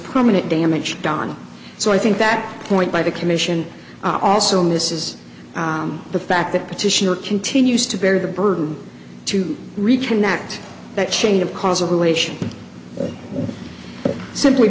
permanent damage done so i think that point by the commission also misses the fact that petitioner continues to bear the burden to reconnect that chain of causal relation simply